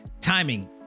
timing